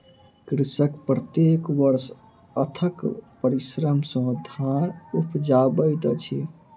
कृषक प्रत्येक वर्ष अथक परिश्रम सॅ धान उपजाबैत अछि